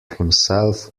himself